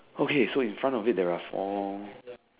okay so in front of it there are four